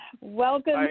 welcome